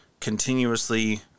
continuously